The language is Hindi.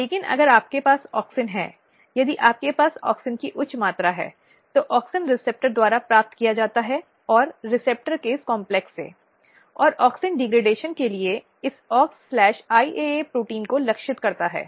लेकिन अगर आपके पास ऑक्सिन है यदि आपके पास ऑक्सिन की उच्च मात्रा है तो ऑक्सिन रिसेप्टर द्वारा प्राप्त किया जाता है और रिसेप्टर के इस कंपलेक्स से और ऑक्सिन डिग्रॅडेशॅन के लिए इस AuxIAA प्रोटीन को लक्षित करता है